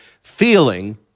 feeling